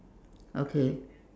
okay